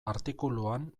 artikuluan